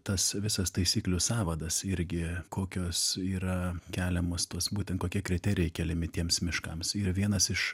tas visas taisyklių sąvadas irgi kokios yra keliamos tos būtent kokie kriterijai keliami tiems miškams ir vienas iš